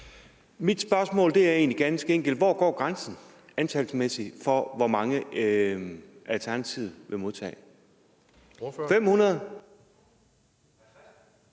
Mit spørgsmål er egentlig ganske enkelt: Hvor går grænsen antalsmæssigt for, hvor mange Alternativet vil modtage – 500